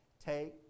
take